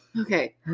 Okay